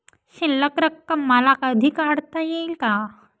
शिल्लक रक्कम मला कधी काढता येईल का?